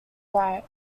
right